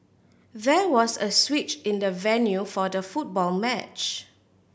there was a switch in the venue for the football match